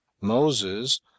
Moses